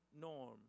norm